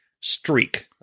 streak